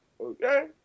Okay